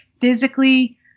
physically